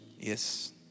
Yes